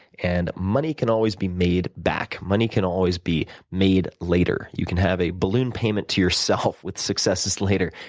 and money can always be made back. money can always be made later. you can have a balloon payment to yourself with successes later,